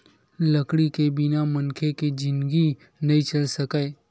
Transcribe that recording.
लकड़ी के बिना मनखे के जिनगी नइ चल सकय